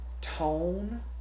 Tone